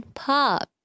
pop